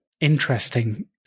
Interesting